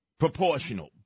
Proportional